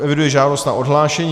Eviduji žádost na odhlášení.